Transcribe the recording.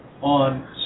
on